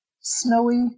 snowy